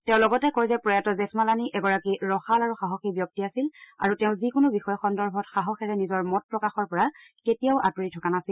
তেওঁ লগতে কয় যে প্ৰয়াত জেঠমালানী এগৰাকী ৰসাল আৰু সাহসী ব্যক্তি আছিল আৰু তেওঁ যিকোনো বিষয় সন্দৰ্ভত সাহসেৰে নিজৰ মত প্ৰকাশৰ পৰা কেতিয়াও আঁতৰি থকা নাছিল